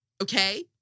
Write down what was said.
Okay